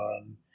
on